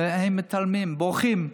והם מתעלמים, בורחים.